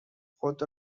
خود